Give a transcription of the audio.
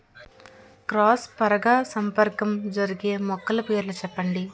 Cross పరాగసంపర్కం జరిగే మొక్కల పేర్లు చెప్పండి?